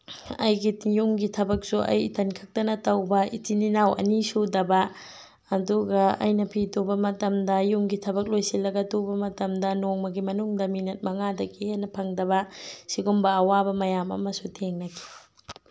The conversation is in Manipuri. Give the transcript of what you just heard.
ꯑꯩꯒꯤ ꯌꯨꯝꯒꯤ ꯊꯕꯛꯁꯨ ꯑꯩ ꯏꯊꯟ ꯈꯛꯇꯅ ꯇꯧꯕ ꯏꯆꯤꯜ ꯏꯅꯥꯎ ꯑꯅꯤ ꯁꯨꯗꯕ ꯑꯗꯨꯒ ꯑꯩꯅ ꯐꯤ ꯇꯨꯕ ꯃꯇꯝꯗ ꯌꯨꯝꯒꯤ ꯊꯕꯛ ꯂꯣꯏꯁꯤꯜꯂꯒ ꯇꯨꯕ ꯃꯇꯝꯗ ꯅꯣꯡꯃꯒꯤ ꯃꯅꯨꯡꯗ ꯃꯤꯅꯤꯠ ꯃꯉꯥꯗꯒꯤ ꯍꯦꯟꯅ ꯐꯪꯗꯕ ꯁꯤꯒꯨꯝꯕ ꯑꯋꯥꯕ ꯃꯌꯥꯝ ꯑꯃꯁꯨ ꯊꯦꯡꯅꯩ